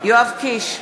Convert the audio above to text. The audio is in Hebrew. יואב קיש,